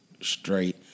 straight